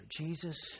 Jesus